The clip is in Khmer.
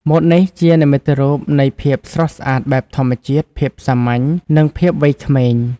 ម៉ូតនេះជានិមិត្តរូបនៃភាពស្រស់ស្អាតបែបធម្មជាតិ ភាពសាមញ្ញ និងភាពវ័យក្មេង។